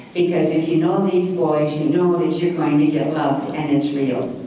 because if you know these boys, you know that you're going to get love and it's real.